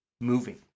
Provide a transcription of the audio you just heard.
moving